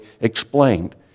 explained